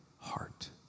heart